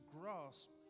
grasp